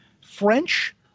French